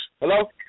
Hello